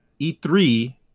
e3